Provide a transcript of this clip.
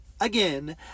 again